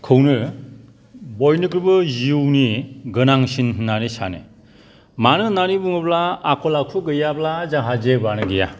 खौनो बयनिख्रुइबो जिउनि गोनांसिन होन्नानै सानो मानो होन्नानै बुङोब्ला आखल आखु गैयाब्ला जोंहा जेबोआनो गैया